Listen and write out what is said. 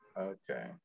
okay